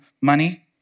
money